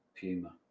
Puma